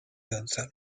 gonzalo